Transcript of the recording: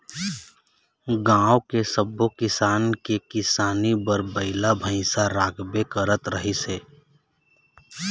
गाँव के सब्बो किसान के किसानी बर बइला भइसा राखबे करत रिहिस हे